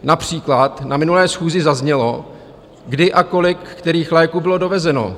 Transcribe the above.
Například na minulé schůzi zaznělo, kdy a kolik kterých léků bylo dovezeno.